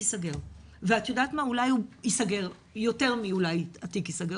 ייסגר ואת יודעת מה אולי אפילו יותר מ-אולי- התיק ייסגר,